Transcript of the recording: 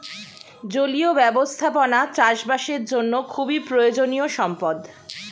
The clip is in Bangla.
জলীয় ব্যবস্থাপনা চাষবাসের জন্য খুবই প্রয়োজনীয় সম্পদ